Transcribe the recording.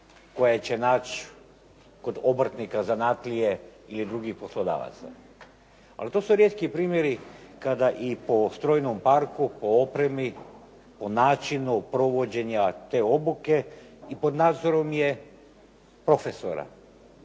koje će naći kod obrtnika, zanatlije ili drugih poslodavaca. Ali to su rijetki primjeri kada i po strojnom parku, po opremi, načinu provođenja te obuke i pod nadzorom je profesora,